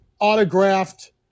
autographed